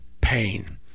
pain